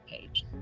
page